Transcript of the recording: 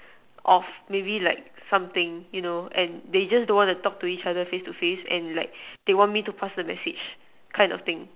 of maybe like something you know and they just don't want to talk to each other face to face and like they want me to pass the message kind of thing